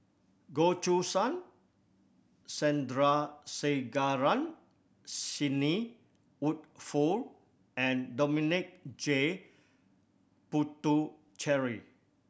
Goh Choo San Sandrasegaran Sidney Woodhull and Dominic J Puthucheary